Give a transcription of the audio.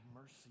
mercy